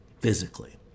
physically